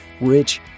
Rich